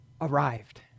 arrived